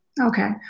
Okay